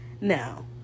now